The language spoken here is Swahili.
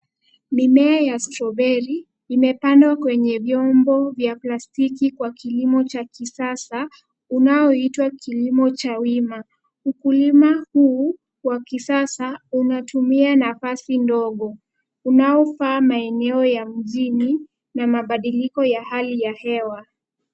Mimea ya strawberry imepandwa kwenye vyombo vya plastiki kwa kilimo cha kisasa unaoitwa kilimo cha wima. Ukulima huu wa kisasa unatumia nafasi ndogo unaofaa maeneo ya mjini na mabadiliko ya hali ya hewa.